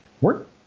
work